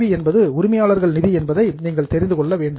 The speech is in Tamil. வி என்பது உரிமையாளர்கள் நிதி என்பதை நீங்கள் தெரிந்து கொள்ள வேண்டும்